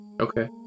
Okay